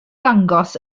ddangos